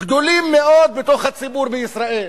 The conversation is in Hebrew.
גדולים מאוד בתוך הציבור בישראל.